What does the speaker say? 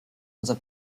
unser